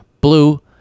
blue